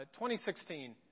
2016